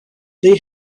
they